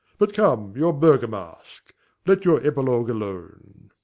but come, your bergomask let your epilogue alone.